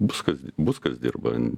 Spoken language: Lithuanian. bus kas bus kas dirba net iki